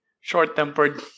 Short-tempered